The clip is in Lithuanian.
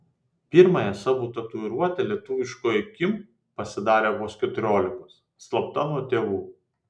pirmąją savo tatuiruotę lietuviškoji kim pasidarė vos keturiolikos slapta nuo tėvų